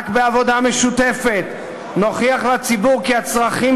רק בעבודה משותפת נוכיח לציבור כי הצרכים